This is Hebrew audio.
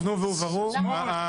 שמאל,